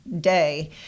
day